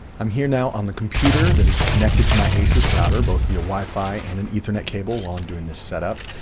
i'm here now on the computer that is connected to my asus router, both via wifi and an ethernet cable while i'm doing this setup.